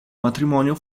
matrimonio